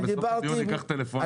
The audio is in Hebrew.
בסוף הדיון אקח את מספר הטלפון שלו.